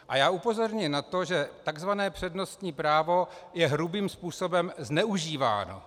A já upozorňuji na to, že tzv. přednostní právo je hrubým způsobem zneužíváno.